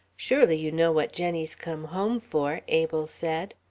surely you know what jenny's come home for? abel said.